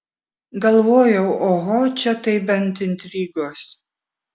galvojau oho čia tai bent intrigos